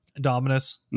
Dominus